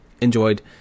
enjoyed